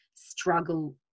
struggle